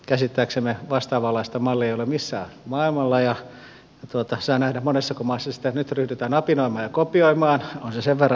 käsittääksemme vastaavanlaista mallia ei ole missään maailmalla ja saa nähdä monessako maassa sitä nyt ryhdytään apinoimaan ja kopioimaan on se sen verran mainio